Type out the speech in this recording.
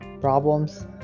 problems